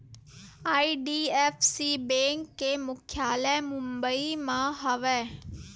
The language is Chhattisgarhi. आई.डी.एफ.सी बेंक के मुख्यालय मुबई म हवय